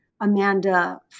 Amanda